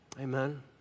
Amen